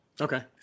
Okay